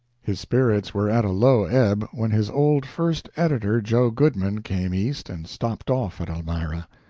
his spirits were at low ebb when his old first editor, joe goodman, came east and stopped off at elmira.